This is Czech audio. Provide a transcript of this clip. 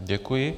Děkuji.